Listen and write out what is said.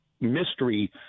mystery